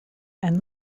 and